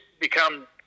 become